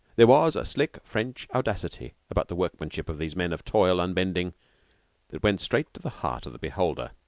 there was a slick french audacity about the workmanship of these men of toil unbending that went straight to the heart of the beholder.